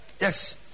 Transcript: Yes